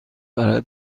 برای